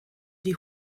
die